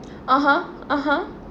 (uh huh) (uh huh)